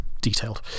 detailed